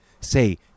say